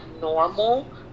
normal